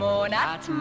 Monat